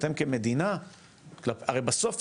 הרי בסוף,